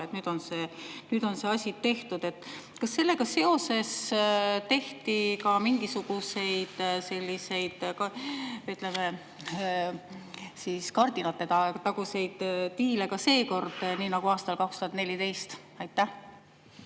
nüüd on see asi tehtud. Kas sellega seoses tehti mingisuguseid, ütleme, kardinataguseid diile ka seekord nii nagu aastal 2014? Aitäh!